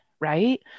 Right